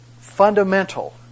fundamental